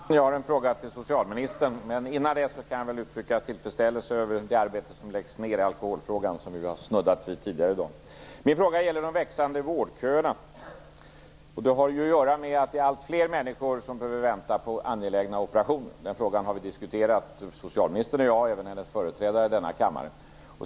Herr talman! Jag har en fråga till socialministern. Men innan dess vill jag uttrycka tillfredsställelse över det arbete som läggs ned i alkoholfrågan, som vi ju har snuddat vid tidigare i dag. Min fråga gäller de växande vårdköerna. Det har ju att göra med att alltfler människor behöver vänta på angelägna operationer. Den frågan har jag diskuterat med både socialministern och hennes företrädare i denna kammare.